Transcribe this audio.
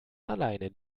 alleine